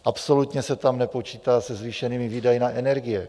Absolutně se tam nepočítá se zvýšenými výdaji na energie.